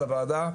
לוועדה,